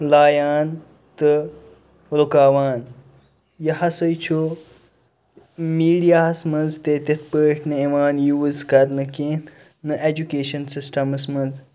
لایان تہٕ رُکاوان یہِ ہسا چھُ میٖڈِیاہَس منٛز تہِ تِتھ پٲٹھۍ نہٕ یِوان یوٗز کرنہٕ کیٚنہہ نہ اٮ۪جوٗکیشَن سِسٹَمَس منٛز